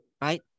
right